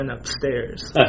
upstairs